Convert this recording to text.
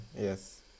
yes